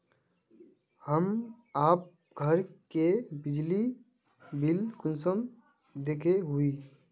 हम आप घर के बिजली बिल कुंसम देखे हुई?